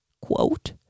quote